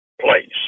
place